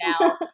now